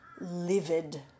livid